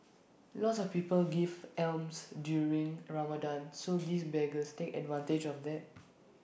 lots of people give alms during Ramadan so these beggars take advantage of that